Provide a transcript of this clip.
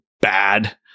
bad